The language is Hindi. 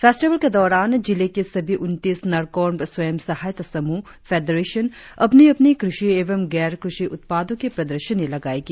फेस्टिवल के दौरान जिले के सभी उनतीस नरकोर्म्प स्वयं सहायता समूह फेडेरेशन अपनी अपनी कृषि एवं गैर कृषि उत्पादों की प्रदर्शनी लगाएगी